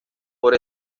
por